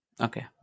Okay